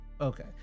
Okay